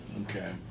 Okay